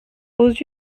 aux